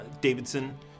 Davidson